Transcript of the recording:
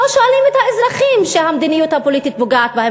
לא שואלים את האזרחים שהמדיניות הפוליטית פוגעת בהם,